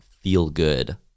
feel-good